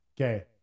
Okay